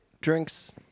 drinks